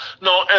No